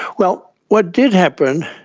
well, what did happen,